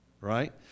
right